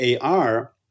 AR